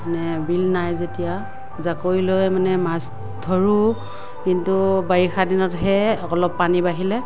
মানে বিল নাই যেতিয়া জালৈ লৈ মানে মাছ ধৰোঁ কিন্তু বাৰিষা দিনতহে অলপ পানী বাঢ়িলে